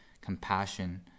compassion